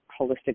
holistic